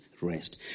Rest